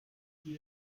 ich